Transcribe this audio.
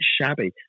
shabby